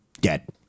Dead